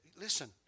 Listen